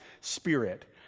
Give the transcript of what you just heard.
spirit